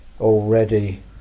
already